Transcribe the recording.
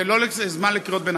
זה לא זמן לקריאות ביניים,